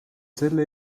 selle